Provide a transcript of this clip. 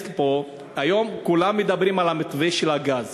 היום כולם מדברים על מתווה הגז.